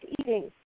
eating